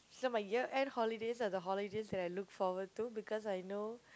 so my year end holidays are the holidays that I look forward to because I know